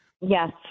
Yes